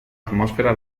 atmósfera